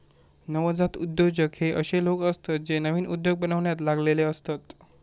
नवजात उद्योजक हे अशे लोक असतत जे नवीन उद्योग बनवण्यात लागलेले असतत